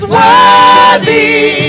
worthy